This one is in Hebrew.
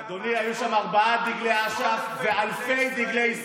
אדוני, היו שם ארבעה דגלי אש"ף ואלפי דגלי ישראל.